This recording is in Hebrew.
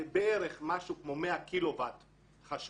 זה בערך משהו כמו 100 קילוואט חשמל,